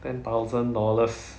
ten thousand dollars